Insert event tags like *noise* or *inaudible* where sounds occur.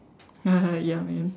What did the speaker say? *laughs* ya man